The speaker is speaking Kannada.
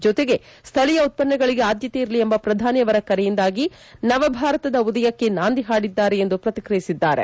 ಜತೆಗೆ ಸ್ಥಳೀಯ ಉತ್ಪನ್ನಗಳಿಗೆ ಆದ್ಯತೆ ಇರಲಿ ಎಂಬ ಪ್ರಧಾನಿ ಅವರ ಕರೆಯಿಂದಾಗಿ ನವಭಾರತದ ಉದಯಕ್ಕೆ ನಾಂದಿ ಹಾಡಿದ್ದಾರೆ ಎಂದು ಪ್ರತಿಕ್ರಿಯಿಸಿದ್ದಾರೆ